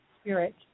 spirit